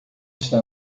está